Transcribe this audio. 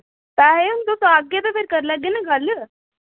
पैसे हून तुस आह्गे ते करी लैगे ना गल्ल